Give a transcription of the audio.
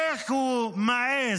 איך הוא מעז